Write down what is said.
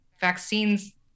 vaccines